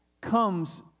comes